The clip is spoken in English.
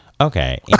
Okay